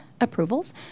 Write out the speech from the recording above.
approvals